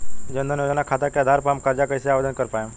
जन धन योजना खाता के आधार पर हम कर्जा कईसे आवेदन कर पाएम?